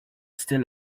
still